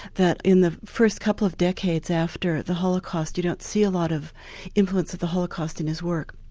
that in the first couple of decades after the holocaust, you don't see a lot of influence of the holocaust in his work.